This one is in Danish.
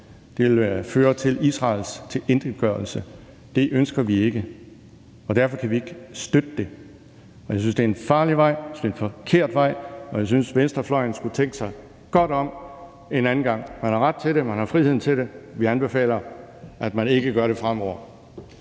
Det ville føre til Israels tilintetgørelse. Det ønsker vi ikke, og derfor kan vi ikke støtte det. Jeg synes, det er en farlig og en forkert vej at gå, og jeg synes, venstrefløjen skulle tænke sig godt om en anden gang. Man har ret til at fremsætte forslaget, man har friheden til det, men vi anbefaler, at man ikke gør det fremover.